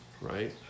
right